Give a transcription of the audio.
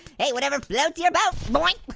hey, whatever floats your boat. boing.